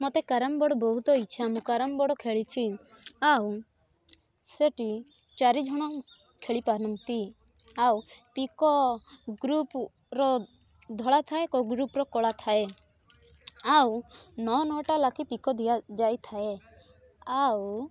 ମୋତେ carrom board ବହୁତ ଇଚ୍ଛା ମୁଁ କ୍ୟାରମ୍ ବୋର୍ଡ଼ ଖେଳିଛି ଆଉ ସେଠି ଚାରିଜଣ ଖେଳିପାରନ୍ତି ଆଉ ପିକ ଗ୍ରୁପର ଧଳା ଥାଏ କେଉଁ ଗ୍ରୁପର କଳା ଥାଏ ଆଉ ନଅ ନଅଟା ଲେଖାଏଁ ପିକ ଦିଆଯାଇଥାଏ ଆଉ